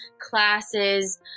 classes